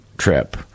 trip